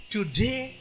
Today